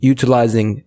Utilizing